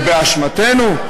זה באשמתנו?